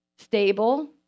Stable